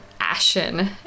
ashen